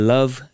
Love